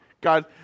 God